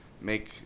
make